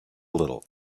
little